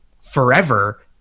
forever